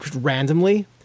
randomly